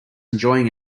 enjoying